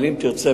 אם תרצה,